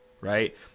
right